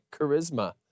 charisma